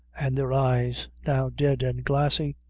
and their eyes, now dead and glassy,